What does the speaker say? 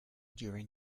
during